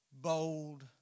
bold